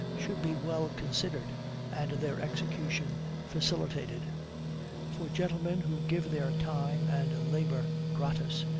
should be well considered and their execution facilitated for gentlemen who give their time and labor gratis,